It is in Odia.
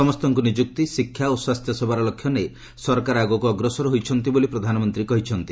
ସମସ୍ତଙ୍କୁ ନିଯୁକ୍ତି ଶିକ୍ଷା ଓ ସ୍ୱାସ୍ଥ୍ୟସେବାର ଲକ୍ଷ୍ୟ ନେଇ ସରକାର ଆଗକ୍ ଅଗ୍ରସର ହୋଇଛନ୍ତି ବୋଲି ପ୍ରଧାନମନ୍ତ୍ରୀ କହିଛନ୍ତି